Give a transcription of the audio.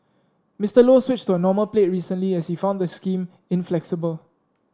Mister Low switched to a normal plate recently as he found the scheme inflexible